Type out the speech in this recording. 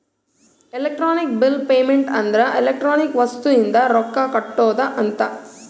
electronic bill payment ಅಂದ್ರ electronic ವಸ್ತು ಇಂದ ರೊಕ್ಕ ಕಟ್ಟೋದ ಅಂತ